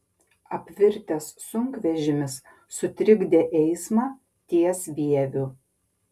apvirtęs sunkvežimis sutrikdė eismą ties vieviu